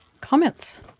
Comments